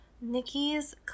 Nikki's